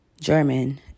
German